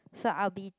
so I will be